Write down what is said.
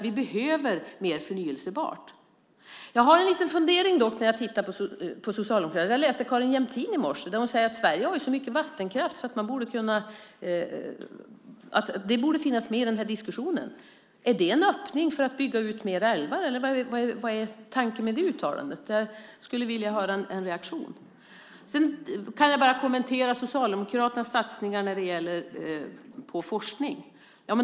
Vi behöver mer förnybart. Jag har en liten fundering. I morse läste jag att Carin Jämtin säger att Sverige har så mycket vattenkraft att det borde finnas med i den här diskussionen. Är det en öppning för att bygga ut fler älvar? Vad är tanken med det uttalandet? Jag skulle vilja höra en reaktion. Låt mig sedan kommentera Socialdemokraternas satsningar på forskning.